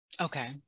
Okay